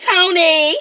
Tony